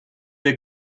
der